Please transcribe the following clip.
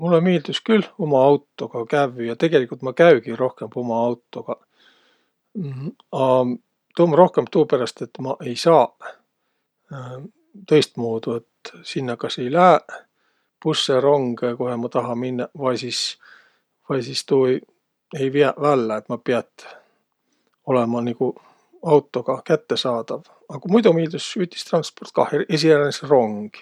Mullõ miildüs külh uma autoga kävvüq ja tegeligult ma kügi rohkõmb uma autoga. A tuu um rohkõmb tuuperäst, et ma ei saaq tõistmuudu. Et sinnäq kas ei lääq bussõ-rongõ, kohe ma taha minnäq vai sis, vai sis tuu ei viäq vällä, et ma piät olõma nigu autoga kättesaadav. Aga muido miildüs ütistransport kah, esiqeränis rong.